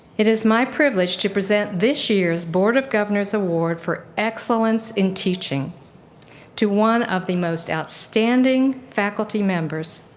it is my privilege to present this year's board of governors award for excellence in teaching to one of the most outstanding faculty members.